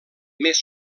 més